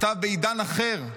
נכתב בעידן אחר,